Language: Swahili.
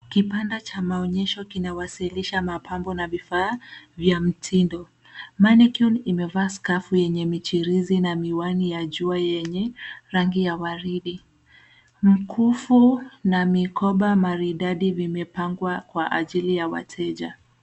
Kibanda cha maonyesho kinawasilisha mapambo na vifaa vya mtindo. mannequin imevaa skafu yenye michirizi na miwani ya jua yenye rangi ya waridi. Mkufu na mikoba maridadi vimepangwa kwa ajili ya wateja.